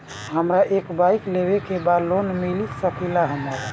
हमरा एक बाइक लेवे के बा लोन मिल सकेला हमरा?